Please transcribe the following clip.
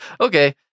Okay